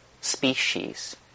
species